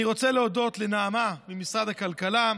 אני רוצה להודות לנעמה ממשרד הכלכלה,